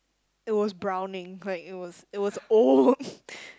it was browning like it was it was old